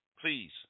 please